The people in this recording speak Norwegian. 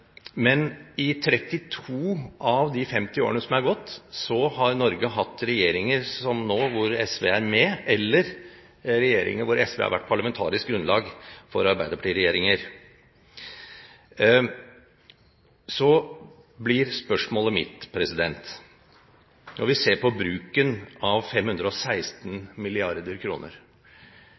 Men i 32 av de 50 årene som har gått, har Norge hatt regjering som nå, hvor SV er med, eller regjering hvor SV har vært parlamentarisk grunnlag for arbeiderpartiregjering. Så blir spørsmålet mitt: Når vi ser på bruken av 516